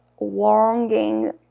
longing